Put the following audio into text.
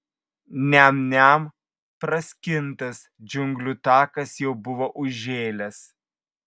niam niam praskintas džiunglių takas jau buvo užžėlęs